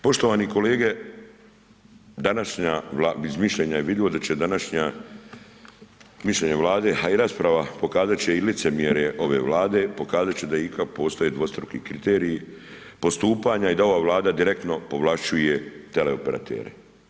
Poštovani kolege, današnja, iz mišljenja je vidljivo da će današnje mišljenje Vlade a i rasprava pokazati će i licemjerje ove Vlade, pokazati će da ipak postoje dvostruki kriteriji, postupanja i da ova Vlada direktno povlašćuje teleoperatere.